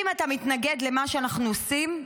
אם אתה מתנגד למה שאנחנו עושים,